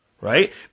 Right